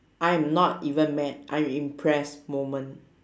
I am not even mad I'm impressed moment